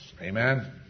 Amen